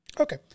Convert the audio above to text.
Okay